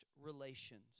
relations